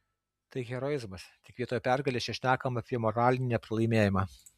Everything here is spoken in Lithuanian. tai heroizmas tik vietoj pergalės čia šnekama apie moralinį nepralaimėjimą